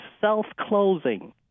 self-closing